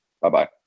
Bye-bye